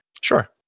Sure